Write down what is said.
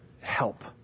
help